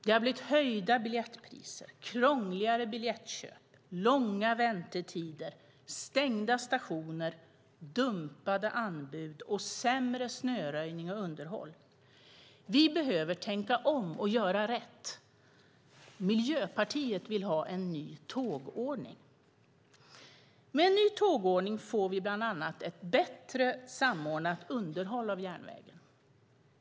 Det har blivit höjda biljettpriser, krångligare biljettköp, långa väntetider, stängda stationer, dumpade anbud och sämre snöröjning och underhåll. Vi behöver tänka om och göra rätt. Miljöpartiet vill ha en ny tågordning. Med en ny tågordning får vi bland annat ett bättre samordnat underhåll av järnvägen.